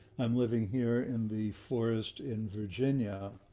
i'm living here in the forest in virginia.